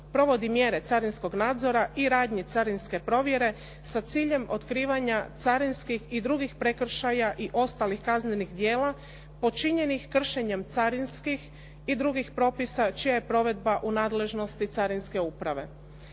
provodi mjere carinskog nadzora i radnji carinske provjere sa ciljem otkrivanja carinskih i drugih prekršaja i ostalih kaznenih dijela počinjenih kršenjem carinskih i drugih propisa čija je provedba u nadležnosti carinske uprave.